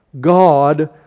God